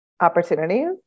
opportunities